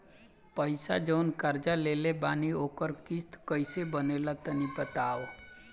पैसा जऊन कर्जा लेले बानी ओकर किश्त कइसे बनेला तनी बताव?